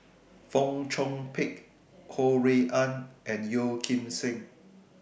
Fong Chong Pik Ho Rui An and Yeo Kim Seng